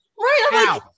Right